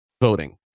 voting